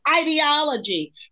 ideology